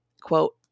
Quote